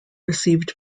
received